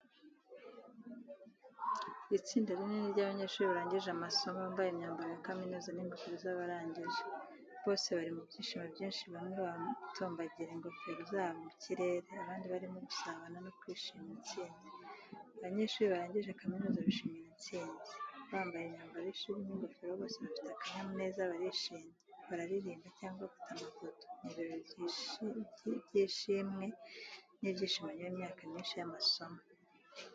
Itsinda rinini ry’abanyeshuri barangije amasomo, bambaye imyambaro ya kaminuza n’ingofero z’abarangije. Bose bari mu byishimo byinshi, bamwe batumbagira ingofero zabo mu kirere, abandi barimo gusabana no kwishimira intsinzi. banyeshuri barangije kaminuza bishimira intsinzi. Bambaye imyambaro y’ishuri n’ingofero, bose bafite akanyamuneza, barishimye, bararirimba cyangwa bafata amafoto. Ni ibirori by'ishimwe n'ibyishimo nyuma y’imyaka myinshi y’amasomo.